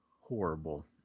horrible